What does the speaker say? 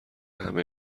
همه